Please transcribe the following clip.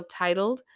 subtitled